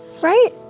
Right